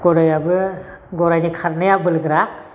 गरायाबो गरायनि खारनाया बोलोगोरा